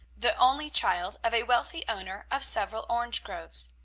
the only child of a wealthy owner of several orange-groves.